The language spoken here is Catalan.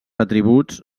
atributs